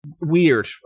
Weird